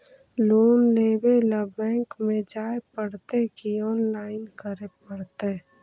Loan लेवे ल bank में जाय पड़तै कि औनलाइन करे पड़तै?